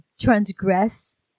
transgress